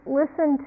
listen